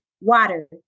water